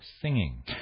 singing